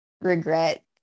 regret